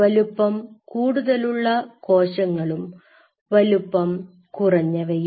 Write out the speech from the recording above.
വലിപ്പം കൂടുതലുള്ള കോശങ്ങളും വലിപ്പം കുറഞ്ഞവയും